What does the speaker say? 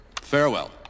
Farewell